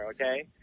Okay